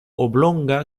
oblonga